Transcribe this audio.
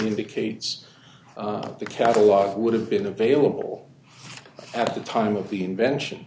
indicates that the catalog would have been available at the time of the invention